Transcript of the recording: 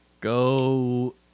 Go